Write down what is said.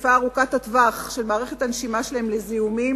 לחשיפה ארוכת-הטווח של מערכת הנשימה שלהם לזיהומים.